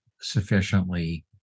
sufficiently